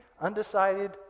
undecided